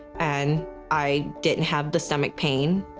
and i didn't have the stomach pain.